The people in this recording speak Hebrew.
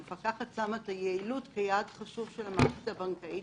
המפקחת שמה את היעילות כיעד חשוב של המערכת הבנקאית,